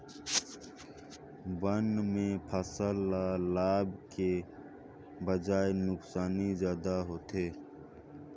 बन में फसल ल लाभ के बजाए नुकसानी जादा होथे